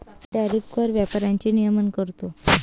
tariff कर व्यापाराचे नियमन करतो